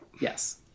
Yes